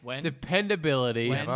dependability